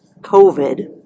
COVID